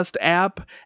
app